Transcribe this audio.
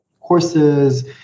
courses